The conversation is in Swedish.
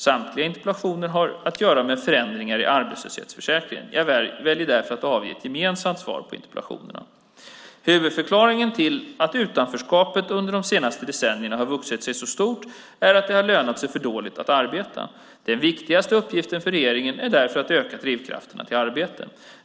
Samtliga interpellationer har att göra med förändringar i arbetslöshetsförsäkringen. Jag väljer därför att avge ett gemensamt svar på interpellationerna. Huvudförklaringen till att utanförskapet under de senaste decennierna har vuxit sig så stort är att det har lönat sig för dåligt att arbeta. Den viktigaste uppgiften för regeringen är därför att öka drivkrafterna till arbete.